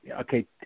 okay